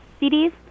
CDs